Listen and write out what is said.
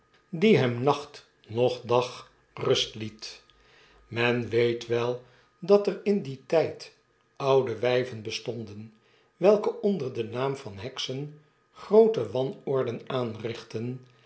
die hem nacht noch dag rust liet men weet wel dat er in dien tijd oude wpen bestonden welke onder den naam van heksen groote wanorden aanrichtten